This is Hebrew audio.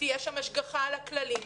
תהיה שם השגחה על הכללים,